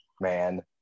man